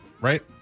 Right